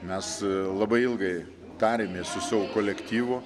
mes labai ilgai tarėmės su savo kolektyvu